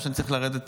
או שאני צריך לרדת?